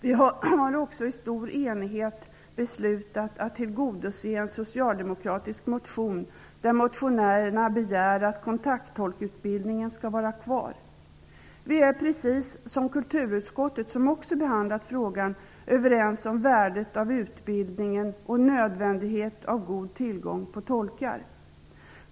Vi har också i stor enighet beslutat att tillgodose en socialdemokratisk motion, där motionärerna begär att kontakttolkutbildningen skall vara kvar. Vi är -- precis som kulturutskottet, som också har behandlat frågan -- överens om värdet av utbildningen och om nödvändigheten att det finns god tillgång på tolkar.